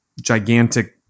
gigantic